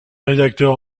rédacteur